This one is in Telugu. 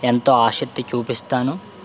ఎంతో ఆసక్తి చూపిస్తాను